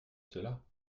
cela